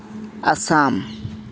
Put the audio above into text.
Assam